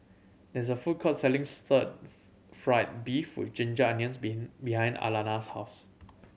there is a food court selling stir fried beef with ginger onions been behind Alannah's house